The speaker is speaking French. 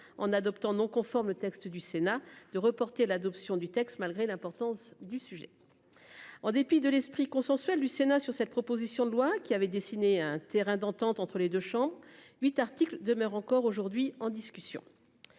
en adoptant non conforme. Le texte du Sénat de reporter l'adoption du texte. Malgré l'importance du sujet. En dépit de l'esprit consensuel du Sénat sur cette proposition de loi qui avait dessiné un terrain d'entente entre les 2 champs 8 articles demeurent encore aujourd'hui en discussion.